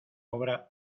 obra